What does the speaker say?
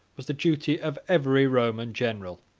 was the duty of every roman general.